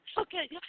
Okay